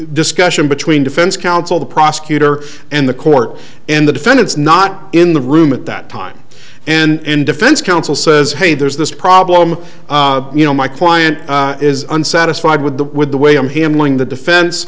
discussion between defense counsel the prosecutor and the court in the defendant's not in the room at that time and in defense counsel says hey there's this problem you know my client is unsatisfied with the with the way i'm handling the defen